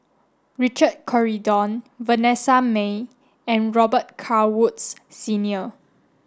Richard Corridon Vanessa Mae and Robet Carr Woods Senior